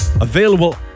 available